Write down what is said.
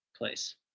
place